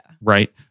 right